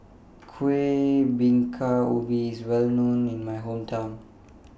Kueh Bingka Ubi IS Well known in My Hometown